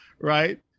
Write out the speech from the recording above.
Right